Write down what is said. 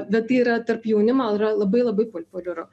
bet tai yra tarp jaunimo yra labai labai populiaru